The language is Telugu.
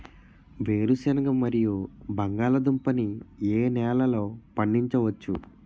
వేరుసెనగ మరియు బంగాళదుంప ని ఏ నెలలో పండించ వచ్చు?